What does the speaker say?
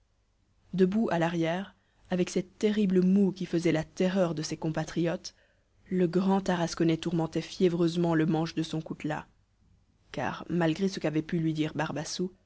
debout à l'arrière avec cette terrible moue qui faisait la terreur de ses compatriotes le grand tarasconnais tourmentait fiévreusement le manche de son coutelas car malgré ce qu'avait pu lui dire barbassou